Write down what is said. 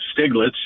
Stiglitz